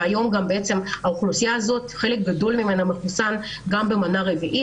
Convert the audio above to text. וחלק גדול מהאוכלוסייה הזאת גם מחוסן במנה רביעית,